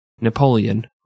Napoleon